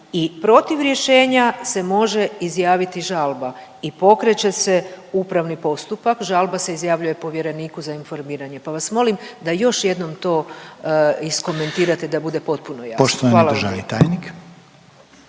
i protiv rješenja se može izjaviti žalba i pokreće se upravni postupak. Žalba se izjavljuje povjereniku za informiranje. Pa vas molim da još jednom to iskomentirate da to bude potpuno jasno. Hvala lijepo.